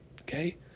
Okay